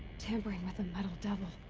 tampering with the metal devil.